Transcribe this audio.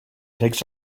takes